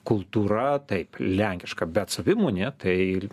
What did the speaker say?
kultūra taip lenkiška bet savimonė tai